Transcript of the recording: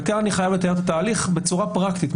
וכאן אני חייב לתאר את התהליך בצורה פרקטית.